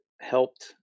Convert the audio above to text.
helped